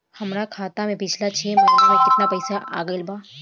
हमरा खाता मे पिछला छह महीना मे केतना पैसा आईल बा?